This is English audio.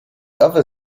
other